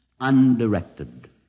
undirected